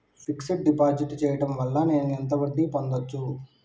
Fix డ్ deposit చేయటం వల్ల నేను ఎంత వడ్డీ పొందచ్చు?